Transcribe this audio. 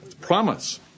Promise